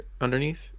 underneath